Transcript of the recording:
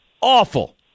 awful